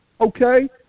Okay